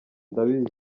ndabizi